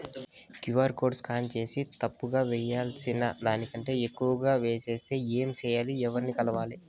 QR code scan సేసి తప్పు గా వేయాల్సిన దానికంటే ఎక్కువగా వేసెస్తే ఏమి సెయ్యాలి? ఎవర్ని కలవాలి?